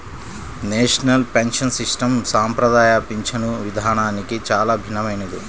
national pension system సంప్రదాయ పింఛను విధానానికి చాలా భిన్నమైనది